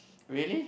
really